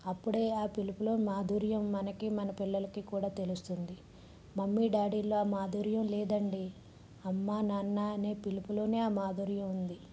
అప్పుడే ఆ పిలుపులో మాధుర్యం మనకి మన పిల్లలికి కూడా తెలుస్తుంది మమ్మీ డాడీల్లో ఆ మాధుర్యం లేదండీ అమ్మా నాన్న అనే పిలుపులోనే ఆ మాధుర్యం ఉంది